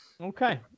Okay